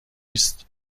است